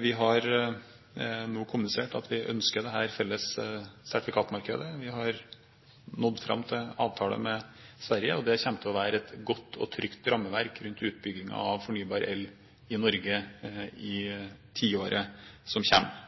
Vi har nå kommunisert at vi ønsker dette felles sertifikatmarkedet. Vi har nådd fram til en avtale med Sverige, og det kommer til å være et godt og trygt rammeverk rundt utbyggingen av fornybar el i Norge i tiåret som kommer.